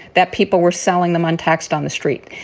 that people were selling them untaxed on the street.